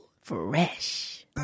Fresh